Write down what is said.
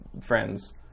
friends